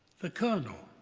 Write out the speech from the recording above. the colonel,